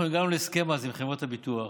אנחנו הגענו אז להסכם עם חברות הביטוח,